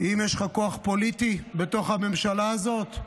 אם יש לך כוח פוליטי בתוך הממשלה הזאת,